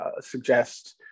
suggest